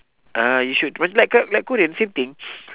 ah you should wat~ like k~ like korean same thing